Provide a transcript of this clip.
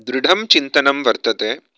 दृढं चिन्तनं वर्तते